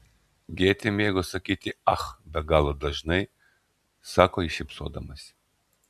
gėtė mėgo sakyti ach be galo dažnai sako ji šypsodamasi